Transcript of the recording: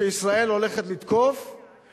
שישראל הולכת לתקוף,